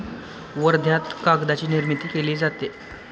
वर्ध्यात कागदाची निर्मिती केली जाते